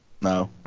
No